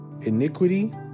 Iniquity